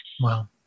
Wow